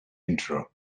intro